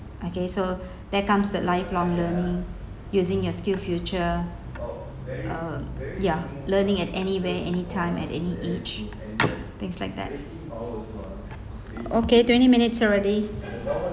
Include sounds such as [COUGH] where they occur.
okay so [BREATH] that comes the lifelong learning using your skill future uh ya learning at anywhere anytime at any age things like that okay twenty minutes already